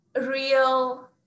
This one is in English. real